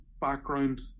background